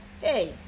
hey